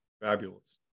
Fabulous